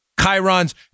Chiron's